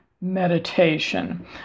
meditation